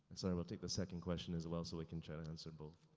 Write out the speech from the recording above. sorry, we'll take the second question as well so we can try to answer both.